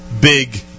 big